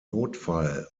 notfall